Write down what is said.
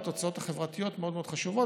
והתוצאות החברתיות מאוד מאוד חשובות.